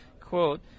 quote